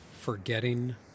forgetting